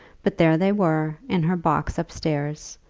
but there they were in her box upstairs,